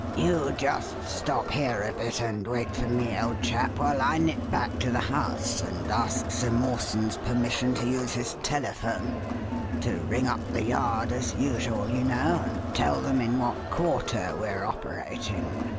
you just stop here a bit and wait for me, old chap, while i nip back to the house and ask sir mawson's permission to use his telephone to ring up the yard as usual, you know, and tell them in what quarter we're operating,